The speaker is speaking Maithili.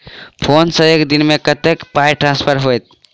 फोन सँ एक दिनमे कतेक पाई ट्रान्सफर होइत?